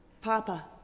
Papa